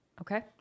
Okay